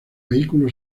vehículo